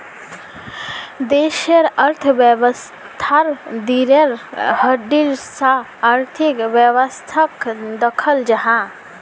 देशेर अर्थवैवास्थार रिढ़ेर हड्डीर सा आर्थिक वैवास्थाक दख़ल जाहा